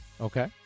Okay